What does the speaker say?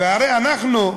והרי אנחנו,